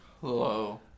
Hello